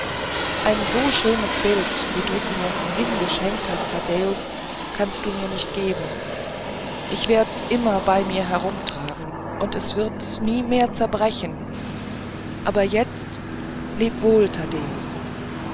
ein so schönes bild wie du's mir vorhin geschenkt hast taddäus kannst du mir nicht geben ich werd's immer bei mir herumtragen und es wird nie mehr zerbrechen aber jetzt